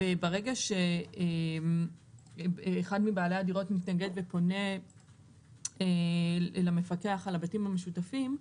ברגע שאחד מבעלי הדירות מתנגד ופונה למפקח על הבתים המשותפים,